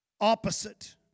opposite